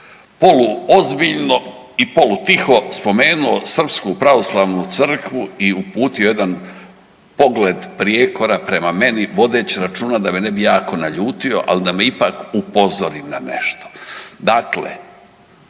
poluozbiljno i polutiho spomenuo Srpsku pravoslavnu crkvu i uputio jedan pogled prijekora prema meni, vodeći računa da me ne bi jako naljutio, ali da me ipak upozori na nešto. Dakle,